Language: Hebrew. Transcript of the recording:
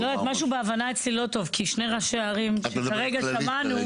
משהו בהבנה אצלי לא טוב כי שני ראשי הערים שכרגע שמענו.